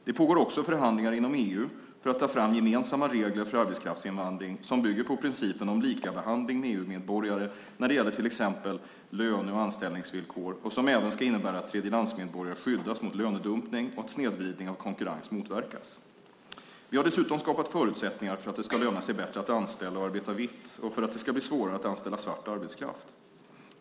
Det pågår också förhandlingar inom EU för att ta fram gemensamma regler för arbetskraftsinvandring, som bygger på principen om likabehandling med EU-medborgare när det till exempel gäller löne och anställningsvillkor och som även ska innebära att tredjelandsmedborgare skyddas mot lönedumpning och att snedvridning av konkurrens motverkas. Vi har dessutom skapat förutsättningar för att det ska löna sig bättre att anställa och arbeta vitt och för att det ska bli svårare att anställa svart arbetskraft.